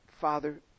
Father